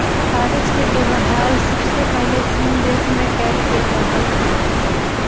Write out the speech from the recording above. कागज के वेबहार सबसे पहिले चीन देश में कएल गेल रहइ